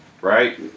right